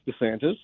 DeSantis